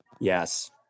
yes